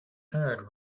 heard